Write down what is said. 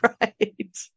Right